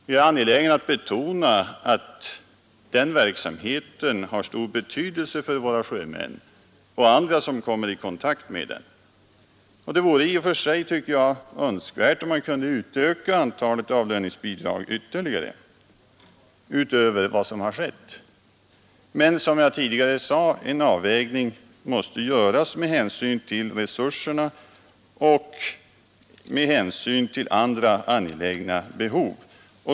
Jag är angelägen att betona att den verksamheten har stor betydelse för våra sjömän och andra som kommer i kontakt med den. Det vore i och för sig önskvärt om man kunde utöka antalet avlöningsbidrag ytterligare, utöver vad som skett. Men en avvägning måste, som sagt, göras med hänsyn till resurserna och med hänsyn till andra angelägna behov.